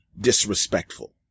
disrespectful